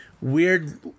weird